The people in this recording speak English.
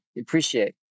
Appreciate